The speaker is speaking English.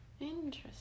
Interesting